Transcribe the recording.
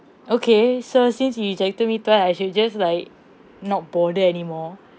okay so since he rejected me twice I should just like not bother anymore